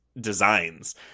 designs